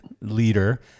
leader